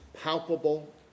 palpable